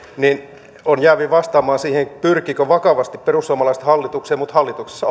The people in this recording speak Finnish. niin että olen jäävi vastaamaan siihen pyrkikö perussuomalaiset vakavasti hallitukseen mutta hallituksessa